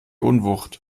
unwucht